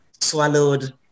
swallowed